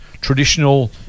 traditional